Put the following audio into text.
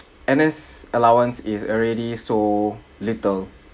N_S allowance is already so little